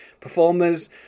performers